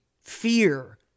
fear